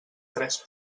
tres